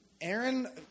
Aaron